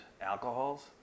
alcohols